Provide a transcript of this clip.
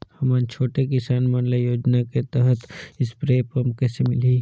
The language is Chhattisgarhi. हमन छोटे किसान मन ल योजना के तहत स्प्रे पम्प कइसे मिलही?